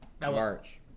march